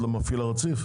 כן.